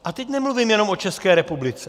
A teď nemluvím jenom o České republice.